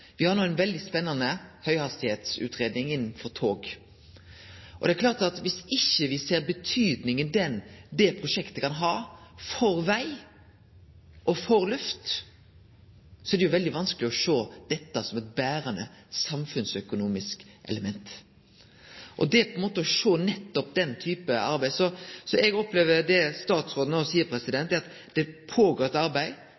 Vi har no ei veldig spennande høghastigheitsutgreiing for tog. Det er klart at viss vi ikkje ser betydinga som det prosjektet kan ha for veg og for luft, er det veldig vanskeleg å sjå dette som eit berande samfunnsøkonomisk element. Eg opplever at det statsråden no seier, er at det går føre seg eit arbeid om å sjå